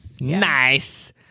nice